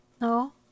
No